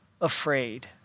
afraid